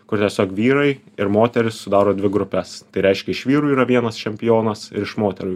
kur tiesiog vyrai ir moterys sudaro dvi grupes tai reiškia iš vyrų yra vienas čempionas iš moterų